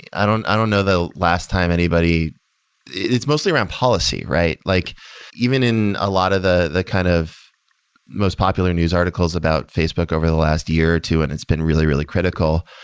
i don't i don't know the last time anybody it's mostly around policy, right? like even in a lot of the the kind of most popular news articles about facebook over the last year or two and it's been really, really critical,